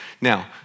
Now